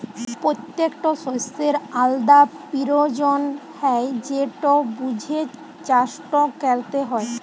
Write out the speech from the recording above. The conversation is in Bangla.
পত্যেকট শস্যের আলদা পিরয়োজন হ্যয় যেট বুঝে চাষট ক্যরতে হয়